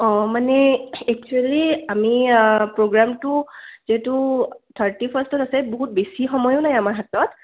অঁ মানে একচুৱেলি আমি প্ৰগ্ৰামটো যিহেতু থাৰ্টি ফাৰ্ষ্টত আছে বহুত বেছি সময়ো নাই আমাৰ হাতত